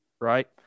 right